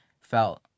felt